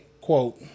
quote